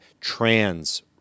trans